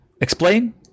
Explain